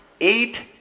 Eight